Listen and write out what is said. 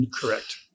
Correct